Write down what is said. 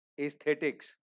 aesthetics